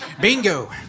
Bingo